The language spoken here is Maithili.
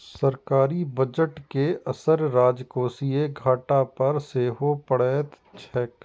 सरकारी बजट के असर राजकोषीय घाटा पर सेहो पड़ैत छैक